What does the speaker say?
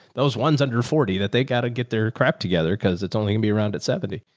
those ones under forty, that they got to get their crap together. cause it's only gonna be around at seventy.